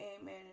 Amen